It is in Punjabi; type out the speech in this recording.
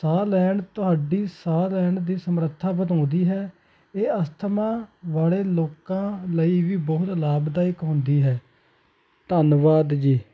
ਸਾਹ ਲੈਣ ਤੁਹਾਡੀ ਸਾਹ ਲੈਣ ਦੀ ਸਮਰੱਥਾ ਵਧਾਉਂਦੀ ਹੈ ਇਹ ਅਸਥਮਾ ਵਾਲੇ ਲੋਕਾਂ ਲਈ ਵੀ ਬਹੁਤ ਲਾਭਦਾਇਕ ਹੁੰਦੀ ਹੈ ਧੰਨਵਾਦ ਜੀ